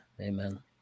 Amen